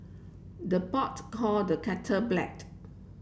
the pot call the kettle black